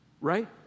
right